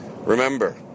Remember